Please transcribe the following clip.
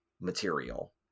material